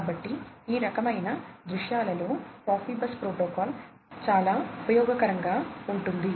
కాబట్టి ఆ రకమైన దృశ్యాలలో ప్రోఫిబస్ ప్రోటోకాల్ చాలా ఉపయోగకరంగా ఉంటుంది